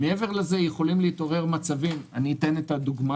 מעבר לכך, יכולים להתעורר מקרים, לדוגמה